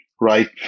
right